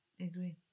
agree